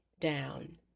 down